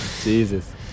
Jesus